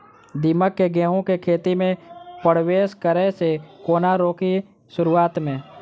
दीमक केँ गेंहूँ केँ खेती मे परवेश करै सँ केना रोकि शुरुआत में?